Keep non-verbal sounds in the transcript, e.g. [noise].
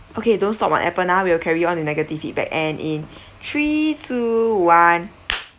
okay don't stop my appen ah we will carry on the negative feedback and in three two one [noise]